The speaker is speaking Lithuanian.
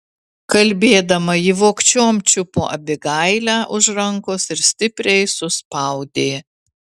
kalbėdama ji vogčiom čiupo abigailę už rankos ir stipriai suspaudė